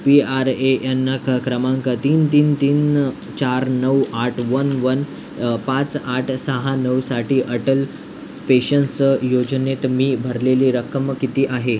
P R A N ख क्रमांक तीन तीन तीन चार नऊ आठ वन वन पाच आठ सहा नऊसाठी अटल पेशन्सचं योजनेत मी भरलेली रक्कम किती आहे